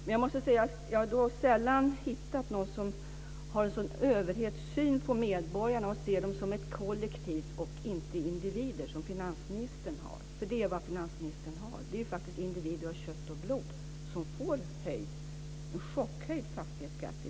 Men jag måste säga att jag sällan hittat någon som har en sådan överhetssyn på medborgarna som finansministern har som ser dem som ett kollektiv och inte som individer. För det är vad finansministern gör. Det är faktiskt individer av kött och blod som i vissa fall får chockhöjd fastighetsskatt.